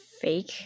Fake